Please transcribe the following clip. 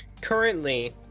currently